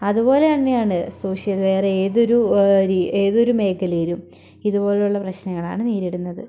അതുപോലെ തന്നെ ആണ് സോഷ്യൽ വേറെ ഏതൊരു ഏതൊരു മേഖലയിലും ഇതുപോലെയുള്ള പ്രശ്നങ്ങളാണ് നേരിടുന്നത്